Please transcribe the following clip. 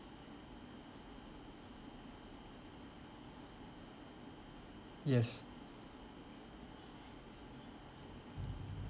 yes